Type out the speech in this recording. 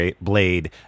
Blade